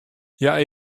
hja